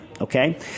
Okay